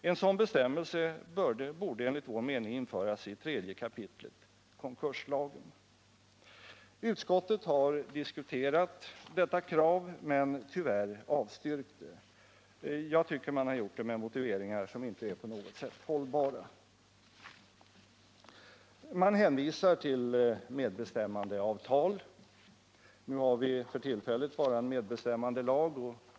En sådan bestämmelse borde, enligt vår mening, införas i 3 kap. konkurslagen. Utskottet har diskuterat detta krav men tyvärr avstyrkt det. Jag tycker att utskottet har gjort det med motiveringar som inte är på något sätt hållbara. Man hänvisar till medbestämmandeavtal. För tillfället har vi bara en medbestämmandelag.